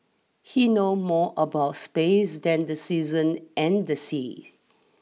he know more about space than the season and the sea